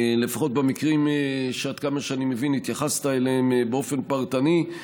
לפחות במקרים שעד כמה שאני מבין התייחסת אליהם באופן פרטני,